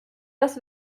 das